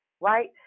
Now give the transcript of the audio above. Right